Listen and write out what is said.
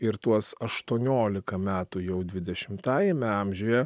ir tuos aštuoniolika metų jau dvidešimtajame amžiuje